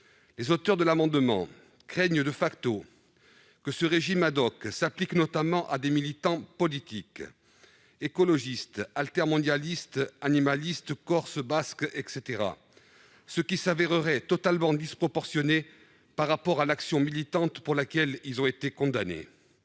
Les auteurs de l'amendement craignent que ce régime ne s'applique aussi,, à des militants politiques- écologistes, altermondialistes, animalistes, corses, basques, etc. -, ce qui s'avérerait totalement disproportionné par rapport à l'action militante pour laquelle ils ont été condamnés.